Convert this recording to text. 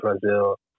Brazil